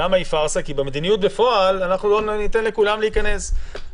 במדיניות בפועל אנחנו ניתן לכולם להיכנס.